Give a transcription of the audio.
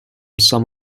some